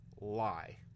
lie